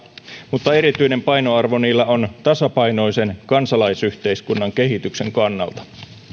mutta erityinen painoarvo niillä on tasapainoisen kansalaisyhteiskunnan kehityksen kannalta